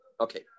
Okay